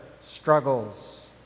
struggles